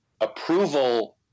approval